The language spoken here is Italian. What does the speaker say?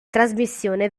trasmissione